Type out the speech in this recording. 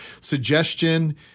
suggestion